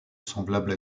semblable